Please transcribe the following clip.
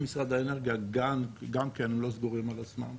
גם כן לא סגורים על עצמם,